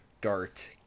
dart